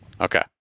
Okay